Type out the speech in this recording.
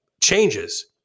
changes